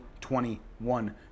2021